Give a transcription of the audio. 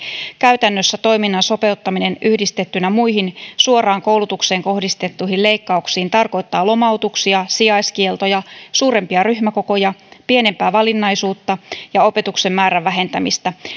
käytännössä toiminnan sopeuttaminen yhdistettynä muihin suoraan koulutukseen kohdistettuihin leikkauksiin tarkoittaa lomautuksia sijaiskieltoja suurempia ryhmäkokoja pienempää valinnaisuutta ja opetuksen määrän vähentämistä